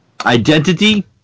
Identity